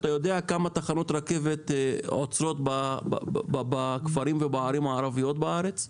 אתה יודע כמה תחנות רכבת עוצרות בכפרים ובערים הערביות בארץ?